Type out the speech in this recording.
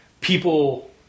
people